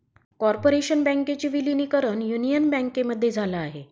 corporation बँकेचे विलीनीकरण union बँकेमध्ये झाल आहे